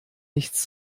nichts